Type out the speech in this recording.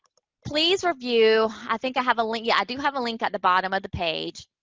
please review, i think i have a link, yeah, i do have a link at the bottom of the page.